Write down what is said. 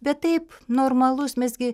bet taip normalus mes gi